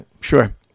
Sure